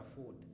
afford